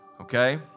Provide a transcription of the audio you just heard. Okay